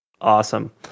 awesome